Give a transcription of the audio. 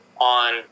on